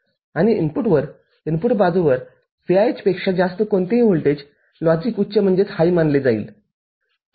आणि इनपुटवर इनपुट बाजूवर VIH पेक्षा जास्त कोणतेही व्होल्टेज लॉजिक उच्च मानले जाईल ठीक आहे